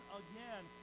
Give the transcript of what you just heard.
again